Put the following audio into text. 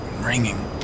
Ringing